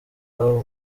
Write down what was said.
iwabo